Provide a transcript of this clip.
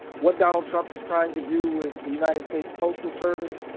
what donald trump is trying to do with the united states postal service,